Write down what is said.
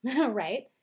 right